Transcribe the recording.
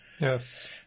Yes